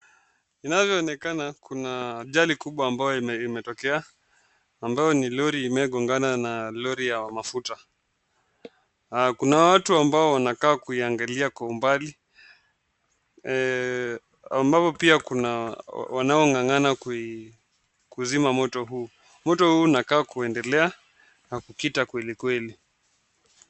Inavyoonekana kuna ajali kubwa ambayo imetokea, ambayo ni lori imegongana na lori ya mafuta, kuna watu ambao wanakaa kuiangalia kwa umbali ambapo pia kuna wanaong'ang'ana kuizima moto huu, moto huu inakaa kuendelea na kukita kwelikweli.